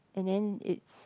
and then it's